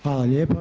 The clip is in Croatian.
Hvala lijepa.